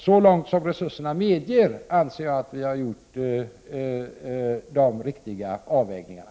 Så långt resurserna medger anser jag att vi har gjort de riktiga avvägningarna.